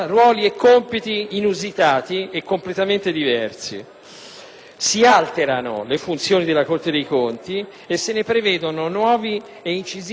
Si alterano le funzioni della Corte dei conti e si prevedono nuovi e incisivi poteri di controllo sulle gestioni pubbliche e statali.